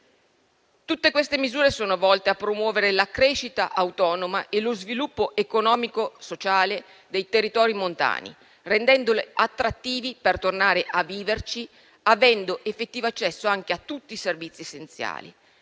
Tutte queste misure sono volte a promuovere la crescita autonoma e lo sviluppo economico e sociale dei territori montani, rendendoli attrattivi per tornare a viverci e consentendo un effettivo accesso anche a tutti i servizi essenziali.